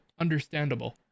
understandable